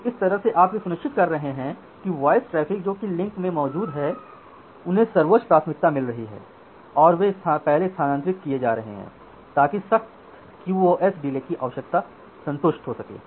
तो इस तरह से आप यह सुनिश्चित कर रहे हैं कि वॉयस ट्रैफिक जो कि लिंक में मौजूद हैं उन्हें सर्वोच्च प्राथमिकता मिल रही है और वे पहले स्थानांतरित किये जा रहे हैं ताकि सख्त क्यूओएस डिले की आवश्यकता संतुष्ट हो सके